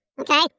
okay